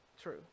true